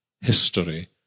history